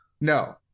No